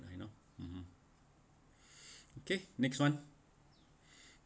I know (uh huh) okay next [one]